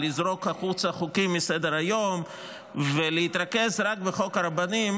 לזרוק החוצה חוקים מסדר-היום ולהתרכז רק בחוק הרבנים,